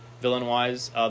villain-wise